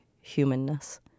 humanness